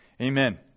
Amen